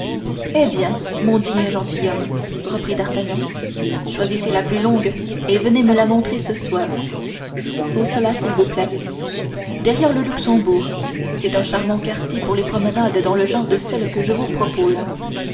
eh bien mon digne gentilhomme reprit d'artagnan choisissez la plus longue et venez me la montrer ce soir où cela s'il vous plaît derrière le luxembourg c'est un charmant quartier pour les promenades dans le genre de celle que je vous propose